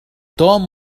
توم